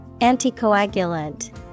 Anticoagulant